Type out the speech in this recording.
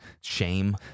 shame